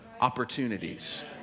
opportunities